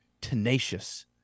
tenacious